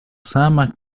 sama